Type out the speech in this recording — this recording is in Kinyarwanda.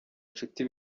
inshuti